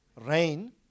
rain